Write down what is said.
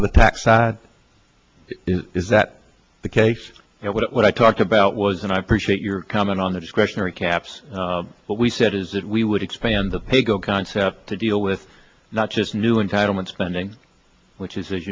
to the tax side is that the case what i talked about was and i appreciate your comment on the discretionary caps what we said is that we would expand the pay go concept to deal with not just new entitlement spending which is